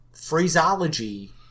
phraseology